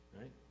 right